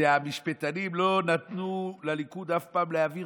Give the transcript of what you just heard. שהמשפטנים לא נתנו לליכוד אף פעם להעביר